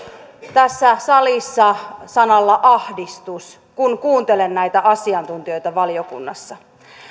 tässä salissa sanalla ahdistus kun kuuntelen näitä asiantuntijoita valiokunnassa